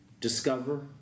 discover